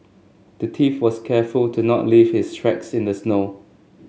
the thief was careful to not leave his tracks in the snow